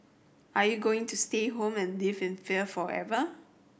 are you going to stay home and live in fear forever